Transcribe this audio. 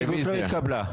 ההסתייגות לא התקבלה.